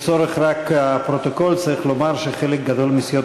רק לצורך הפרוטוקול צריך לומר שחלק גדול מסיעות